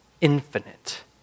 infinite